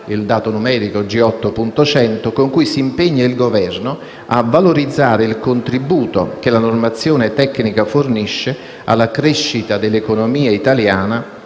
del giorno G8.100 con cui si impegna il Governo a valorizzare il contributo che la normazione tecnica fornisce alla crescita dell'economia italiana